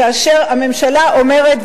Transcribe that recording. כאשר הממשלה אומרת,